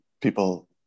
people